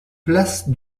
place